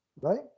right